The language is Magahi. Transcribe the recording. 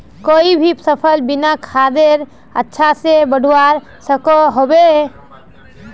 कोई भी सफल बिना खादेर अच्छा से बढ़वार सकोहो होबे?